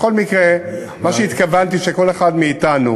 בכל מקרה מה שהתכוונתי הוא שכל אחד מאתנו,